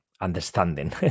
understanding